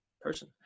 person